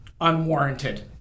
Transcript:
unwarranted